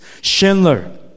Schindler